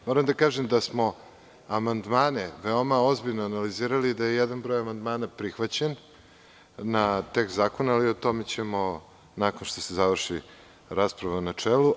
Moram da kažem da smo amandmane veoma ozbiljno analizirali i da je jedan broj amandmana prihvaćen na tekst zakona, ali o tome ćemo nakon što se završi rasprava u načelu.